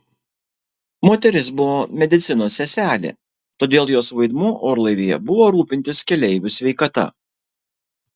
moteris buvo medicinos seselė todėl jos vaidmuo orlaivyje buvo rūpintis keleivių sveikata